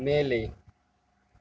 மேலே